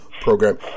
program